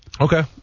Okay